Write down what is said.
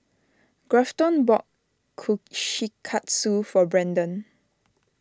Grafton bought Kushikatsu for Brendan